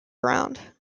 ground